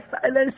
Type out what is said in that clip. silence